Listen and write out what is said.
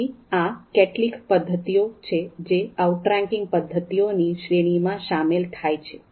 તેથી આ કેટલીક પદ્ધતિઓ છે જે આઉટરેન્કિંગ પદ્ધતિઓની શ્રેણીમાં શામેલ થાય છે